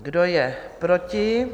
Kdo je proti?